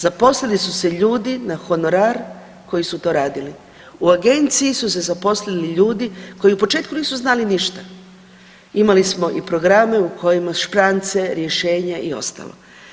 Zaposlili su se ljudi na honorar koji su to radili, u agenciji su se zaposlili ljudi koji u početku nisu znali ništa, imali smo i programe u kojima šprance, rješenja i ostalo.